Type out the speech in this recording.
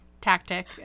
tactic